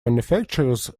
manufacturers